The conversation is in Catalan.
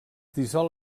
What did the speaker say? dissol